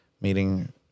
Meeting